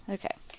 okay